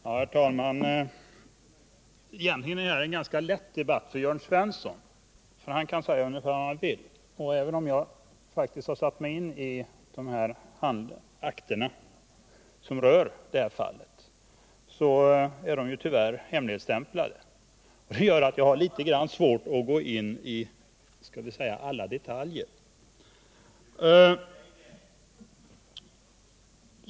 Herr talman! Egentligen är det här en ganska lätt debatt för Jörn Svensson, för han kan säga ungefär vad han vill. Även om jag faktiskt har satt mig in ide akter som rör fallet, så är de ju tyvärr hemligstämplade. Det gör att jag har litet svårt att gå in i alla detaljer.